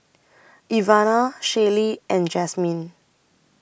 Ivana Shaylee and Jazmine